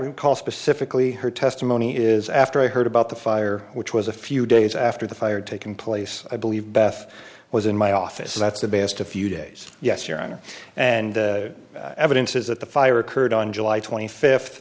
recall specifically her testimony is after i heard about the fire which was a few days after the fire taken place i believe beth was in my office that's the best a few days yes your honor and evidence is that the fire occurred on july twenty fifth